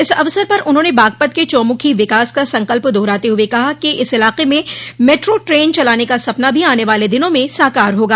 इस अवसर पर उन्होंने बागपत के चौमुखी विकास का संकल्प दोहराते हुए कहा कि इस इलाके में मेट्रो ट्रेन चलाने का सपना भी आने वाले दिनों में साकार होगा